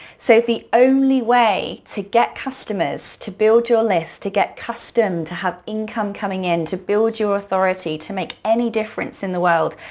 so the only way to get customers, to build your list, to get customed, to get income coming in, to build your authority, to make any difference in the world,